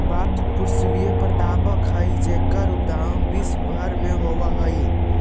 बाँस पुष्पीय पादप हइ जेकर उत्पादन विश्व भर में होवऽ हइ